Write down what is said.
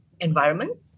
environment